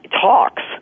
talks